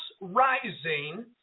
rising